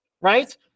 right